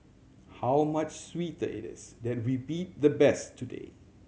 how much sweeter it is that we beat the best today